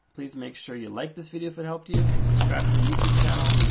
please make sure you like this video if it helped you. subscribe to our youtube channel,